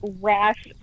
rash